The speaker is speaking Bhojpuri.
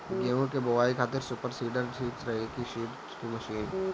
गेहूँ की बोआई खातिर सुपर सीडर ठीक रही की सीड ड्रिल मशीन?